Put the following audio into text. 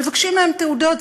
מבקשים מהם תעודות.